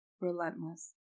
relentless